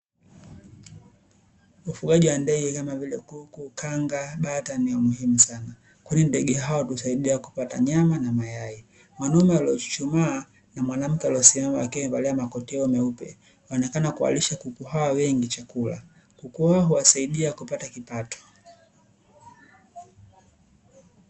Ufugaji wa ndege kama vile kuku, kanga, bata ni muhimu sana. Kwani, ndege hao hutusaidia kupata nyama na mayai. Mwanamume aliyeshona chumua na mwanamke aliyesimama kule karibu na makotea meupe wameonekana kuwalisha kuku hao wengi chakula. Kuku hao huwasaidia kupata kipato.